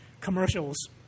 commercials